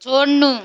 छोड्नु